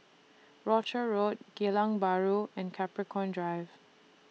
Rochor Road Geylang Bahru and Capricorn Drive